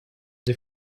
sie